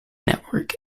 network